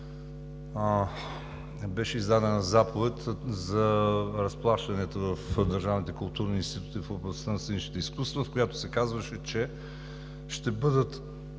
беше издадена заповед за разплащането в държавните културни институти в областта на сценичните изкуства, в която се казваше: „ще бъдат